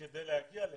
כדי להגיע לציון,